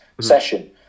session